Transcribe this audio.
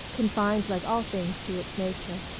confined like all things to its nature.